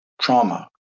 trauma